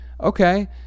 Okay